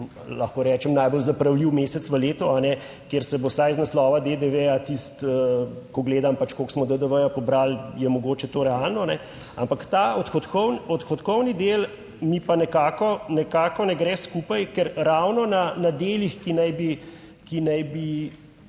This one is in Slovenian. lahko rečem, najbolj zapravljiv mesec v letu, kajne, kjer se bo vsaj iz naslova DDV, ko gledam, koliko smo DDV pobrali, je mogoče to realno, ampak ta odhodkovni del mi pa nekako ne gre skupaj, ker ravno na delih, ki naj bi